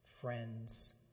friends